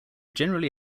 generally